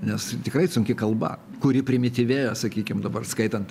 nes tikrai sunki kalba kuri primityvėja sakykim dabar skaitant